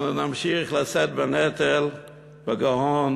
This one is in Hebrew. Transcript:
אנו נמשיך לשאת בנטל בגאון,